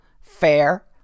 fair